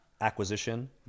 acquisition